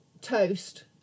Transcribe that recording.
toast